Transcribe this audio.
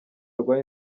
rwa